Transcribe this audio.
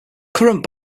current